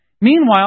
Meanwhile